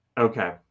Okay